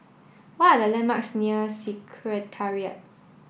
what are the landmarks near Secretariat